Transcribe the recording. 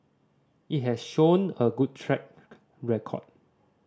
it has shown a good track record